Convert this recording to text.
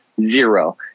Zero